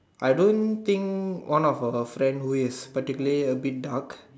I don't think one of the friend with particularly a bit dark